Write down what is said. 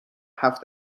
هفت